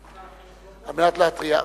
על מנת להתריע.